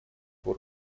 пор